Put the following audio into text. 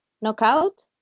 Knockout